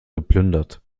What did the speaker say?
geplündert